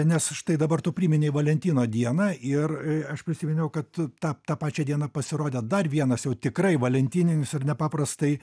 nes štai dabar tu priminei valentino dieną ir aš prisiminiau kad tą tą pačią dieną pasirodė dar vienas jau tikrai valentininis ir nepaprastai